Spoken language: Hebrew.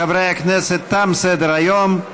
חברי הכנסת, תם סדר-היום.